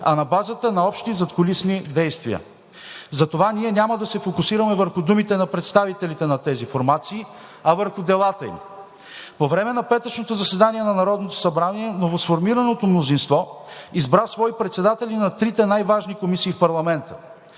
а на базата на общи задкулисни действия. Затова ние няма да се фокусираме върху думите на представителите на тези формации, а върху делата им. По време на петъчното заседание на Народното събрание новосформираното мнозинство избра свои председатели на трите най-важни комисии в парламента.